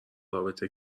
رابطه